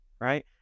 Right